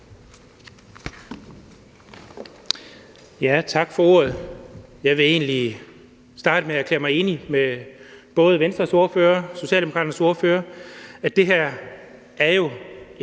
Tak for ordet. Jeg vil egentlig starte med at erklære mig enig med både Venstres ordfører og Socialdemokraternes ordfører i, at det her jo er